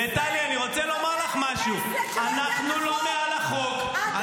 וטלי, אני רוצה לומר לך משהו, אנחנו לא מעל החוק.